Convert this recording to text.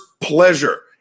pleasure